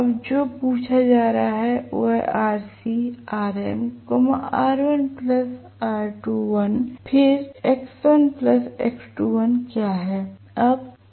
अब जो पूछा जा रहा है वह Rc Rm R1 R2l फिर X1 और X2l क्या है